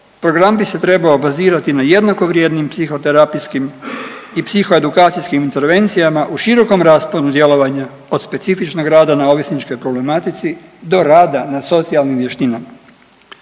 Program bi se trebao bazirati na jednakovrijednim psihoterapijskih i psihoedukacijskim intervencijama u širokom rasponu djelovanja od specifičnog rada na ovisničkoj problematici do rada na socijalnim vještinama.